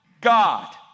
God